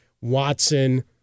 Watson